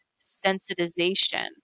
sensitization